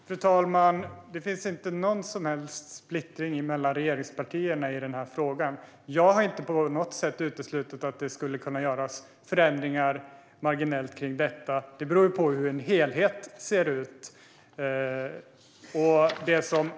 Fru talman! Det finns inte någon som helst splittring mellan regeringspartierna i denna fråga. Jag har inte på något sätt uteslutit att det skulle kunna göras förändringar marginellt i detta, men det beror på hur helheten ser ut.